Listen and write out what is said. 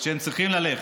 שאליהם הם צריכים ללכת.